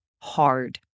hard